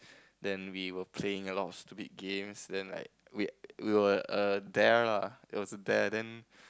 then we were playing a lot of stupid games then like we we were err dare lah it was a dare then